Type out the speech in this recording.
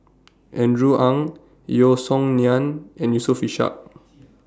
Andrew Ang Yeo Song Nian and Yusof Ishak